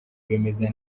bimeze